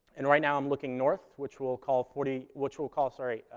and right now i'm looking north, which we'll call forty which we'll call, sorry,